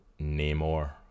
namor